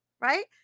right